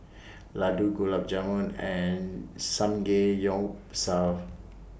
Ladoo Gulab Jamun and Samgeyopsal